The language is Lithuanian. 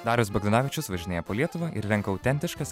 darius bagdonavičius važinėja po lietuvą ir renka autentiškas